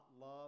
love